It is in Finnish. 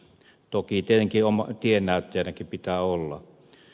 toki tietenkin tiennäyttäjänäkin pitää olla